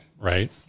Right